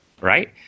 Right